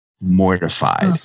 Mortified